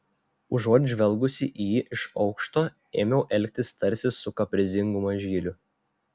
užuot žvelgusi į jį iš aukšto ėmiau elgtis tarsi su kaprizingu mažyliu